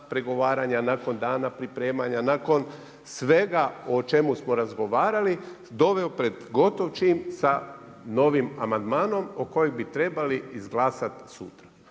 pregovaranja, nakon dana pripremanja, nakon svega o čemu smo razgovarali doveo pred gotov čin sa novim amandmanom o kojem bi trebali izglasati sutra.